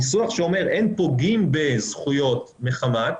הניסוח שאומר "אין פוגעים בזכויות מחמת",